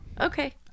Okay